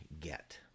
get